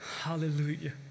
Hallelujah